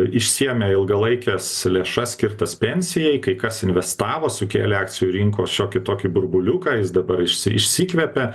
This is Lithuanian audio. išsiėmė ilgalaikes lėšas skirtas pensijai kai kas investavo sukėlė akcijų rinkos šiokį tokį burbuliuką jis dabar išsi išsikvepia